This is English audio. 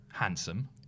Handsome